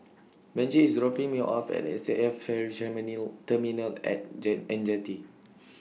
Benji IS dropping Me off At S A F Ferry Terminal At Jet and Jetty